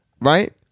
right